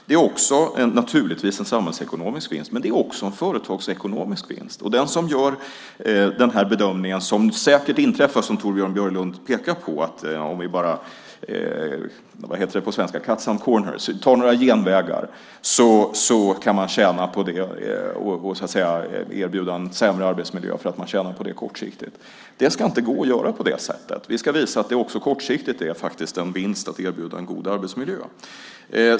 Det är naturligtvis en samhällsekonomisk vinst, men det är också en företagsekonomisk vinst. Det inträffar säkert att man gör den bedömning som Torbjörn Björlund pekar på, att man tycker att man kan tjäna på att cut some corners , ta några genvägar. Man erbjuder en sämre arbetsmiljö för att man tjänar på det kortsiktigt. Det ska inte gå att göra på det sättet. Vi ska visa att det också kortsiktigt faktiskt innebär en vinst att erbjuda en god arbetsmiljö.